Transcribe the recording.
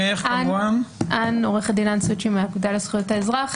אני עורכת דין מהאגודה לזכויות האזרח.